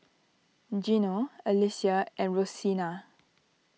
Gino Alesia and Rosena